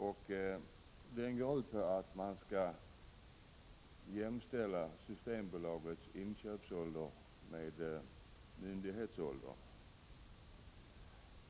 Min motion går ut på att man skall jämställa minimiåldern för inköp på Systembolaget med myndighetsåldern.